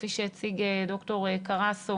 כפי שהציג פרופ' קרסיק,